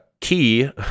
key